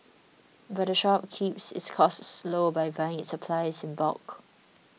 but the shop keeps its costs low by buying its supplies in bulk